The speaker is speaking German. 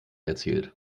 erzählt